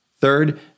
Third